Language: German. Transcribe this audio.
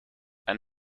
ein